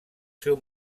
seu